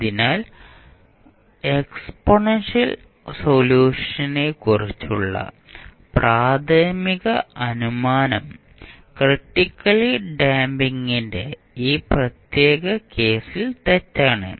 അതിനാൽ എക്സ്പൊണൻഷ്യൽ സൊല്യൂഷനെക്കുറിച്ചുള്ള പ്രാഥമിക അനുമാനം ക്രിട്ടിക്കലി ഡാമ്പിംഗിന്റെ ഈ പ്രത്യേക കേസിൽ തെറ്റാണ്